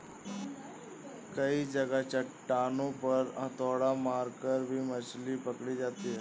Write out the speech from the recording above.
कई जगह चट्टानों पर हथौड़ा मारकर भी मछली पकड़ी जाती है